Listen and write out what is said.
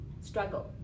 struggle